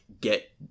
get